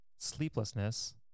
sleeplessness